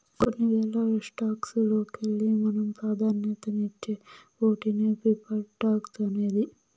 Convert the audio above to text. కొన్ని వేల స్టాక్స్ లోకెల్లి మనం పాదాన్యతిచ్చే ఓటినే ప్రిఫర్డ్ స్టాక్స్ అనేది